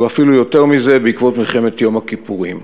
ואפילו יותר מזה בעקבות מלחמת יום הכיפורים.